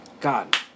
God